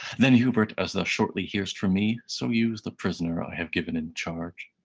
then hubert, as thou shortly hear'st from me, so use the prisoner i have given in charge.